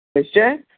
निश्चय